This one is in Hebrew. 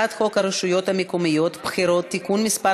הרשויות המקומיות (בחירות) (תיקון מס'